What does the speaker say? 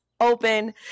open